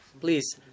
please